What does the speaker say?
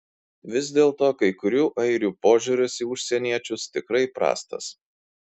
vis dėlto kai kurių airių požiūris į užsieniečius tikrai prastas